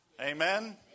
Amen